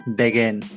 begin